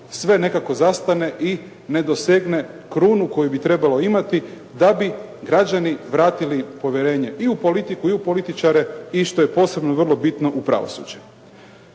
sve nekako zastane i ne dosegne krunu koju bi trebalo imati da bi građani vratili povjerenje i u politiku i u političare i što je posebno i vrlo bitno u pravosuđe.